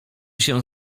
się